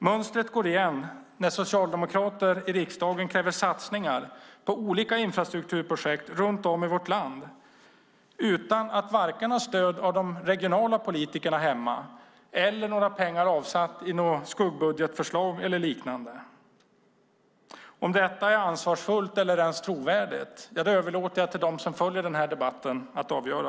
Mönstret går igen när socialdemokrater i riksdagen kräver satsningar på olika infrastrukturprojekt runt om i vårt land utan att ha vare sig stöd från de regionala politikerna därhemma eller pengar avsatta i skuggbudgetförslag eller liknande. Om detta är ansvarsfullt eller ens trovärdigt överlåter jag åt dem som följer debatten att avgöra.